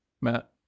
Matt